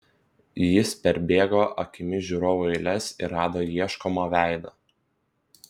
jis perbėgo akimis žiūrovų eiles ir rado ieškomą veidą